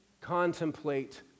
contemplate